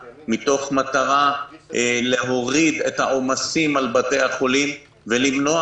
מתוך מטרה להוריד את העומסים מבתי החולים ולמנוע